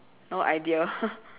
no idea